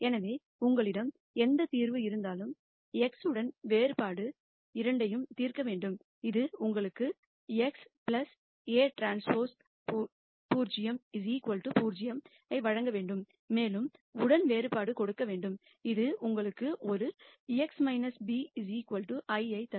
எனவே உங்களிடம் எந்த தீர்வும் இருந்தாலும் x உடன் வேறுபாடு இரண்டையும் தீர்க்க வேண்டும் இது உங்களுக்கு x Aᵀ 0 0 ஐ வழங்க வேண்டும் மேலும் உடன் வேறுபாடு கொடுக்க வேண்டும் இது உங்களுக்கு ஒரு x b ஐ தரும்